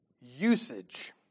usage